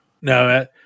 No